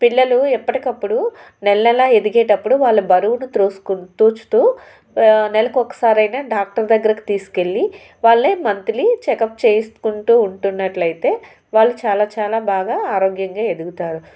పిల్లలు ఎప్పటికప్పుడు నెలనెల ఎదిగేటప్పుడు వాళ్ళు బరువుతో త్రోసు తూచుతూ నెలకు ఒకసారి అయినా డాక్టర్ దగ్గరికి తీసుకెళ్లి వాళ్ళని మంథ్లి చెకప్ చేసుకుంటూ ఉంటున్నట్లయితే వాళ్ళు చాలా చాలా బాగా ఆరోగ్యంగా ఎదుగుతారు